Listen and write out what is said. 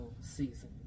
season